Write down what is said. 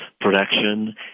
production